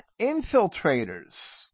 infiltrators